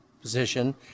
position